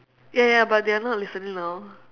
ya ya but they're not listening now